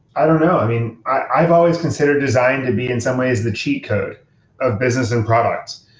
i don't know. i mean, i've always considered design to be in some ways the cheat code of business and products.